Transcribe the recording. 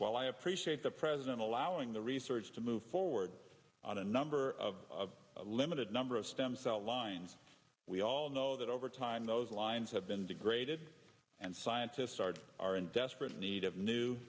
while i appreciate the president allowing the research to move forward on a number of a limited number of stem cell lines we all know that over time those lines have been degraded and scientists are in desperate need of new